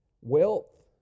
Wealth